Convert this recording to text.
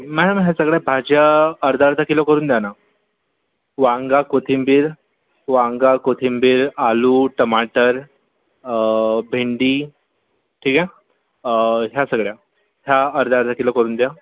ma'am ह्या सगळ्या भाज्या अर्धा अर्धा किलो करून द्या ना वांगी कोथिंबीर वांगी कोथिंबीर आलू टमाटर भेंडी ठीक आहे ह्या सगळ्या ह्या अर्धा अर्धा किलो करून द्या